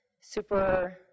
super